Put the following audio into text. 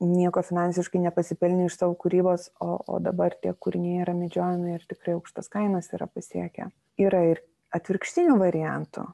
nieko finansiškai nepasipelnė iš savo kūrybos o dabar tie kūriniai yra medžiojami ir tikrai aukštas kainas yra pasiekę yra ir atvirkštinių variantų